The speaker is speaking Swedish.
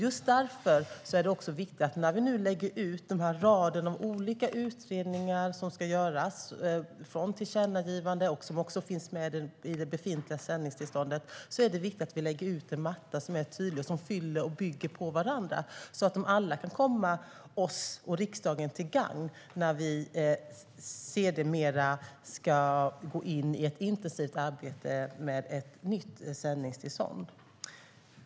När vi nu lägger ut olika utredningar, utifrån tillkännagivandet och vad som finns med i det befintliga sändningstillståndet, är det viktigt att vi lägger ut en matta som är tydlig och att de olika delarna bygger på varandra och kan komma oss alla och riksdagen till gagn, när vi sedermera går in i ett intensivt arbete med ett nytt sändningstillstånd.